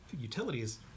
utilities